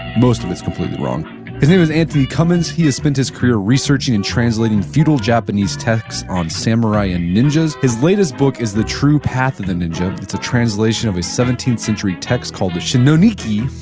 most of it's completely wrong his name is antony cummins. he has spent his career researching and translating feudal japanese texts on samurai and ninjas. his latest book is the true path of the ninja. it's a translation of a seventeenth century text called the shoninki,